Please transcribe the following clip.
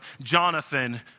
Jonathan